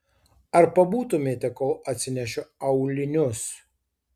ar pabūtumėte kol atsinešiu aulinius